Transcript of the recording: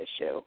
issue